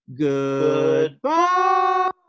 Goodbye